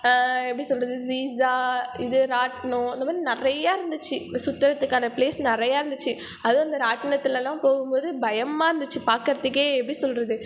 எப்படி சொல்லுவது சீஸா இது ராட்டிணம் அந்த மாதிரி நிறையா இருந்துச்சு சுத்தறதுக்கான ப்ளேஸ் நிறையா இருந்துச்சு அதுவும் அந்த ராட்டிணத்தில் போகும் போது பயமாக இருந்துச்சு பார்க்குறத்துக்கே எப்படி சொல்லுவது